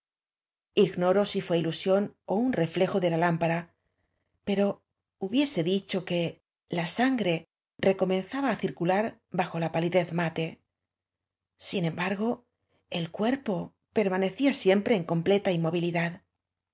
ignoro sí íué ilusión ó un reflejo de la lámpara pero hubiese dicho que ia sangre recomendaba á circalar bajo la palidez mate sin embargo el cuerpo permane cía siempre en completa inmovilidad